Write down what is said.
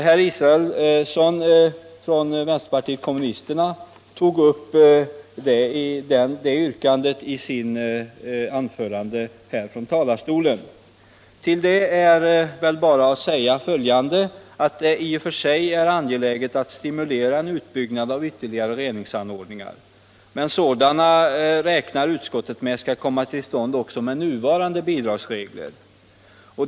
Herr Israelsson, vpk, tog upp det yrkandet i sitt anförande här från talarstolen. Till det är att säga att det i och för sig är angeläget att stimulera en utbyggnad av ytterligare reningsanordningar, men sådana räknar utskottet med skall komma till stånd också med nuvarande bidragsregler.